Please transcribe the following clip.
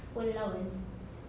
phone allowance